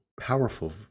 powerful